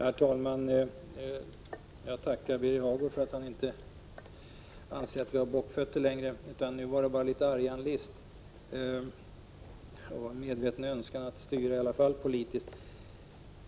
Herr talman! Jag tackar Birger Hagård för att han inte längre anser att jag har bockfötter — nu var det bara litet argan list och en medveten önskan att politiskt styra.